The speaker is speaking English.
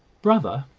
brother!